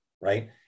right